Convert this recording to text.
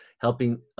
helping